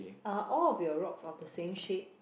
are all of the rocks of the same shade